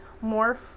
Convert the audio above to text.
more